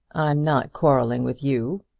i'm not quarrelling with you,